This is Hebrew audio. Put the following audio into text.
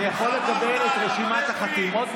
אני יכול לקבל את רשימת החתימות,